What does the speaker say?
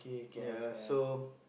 ya so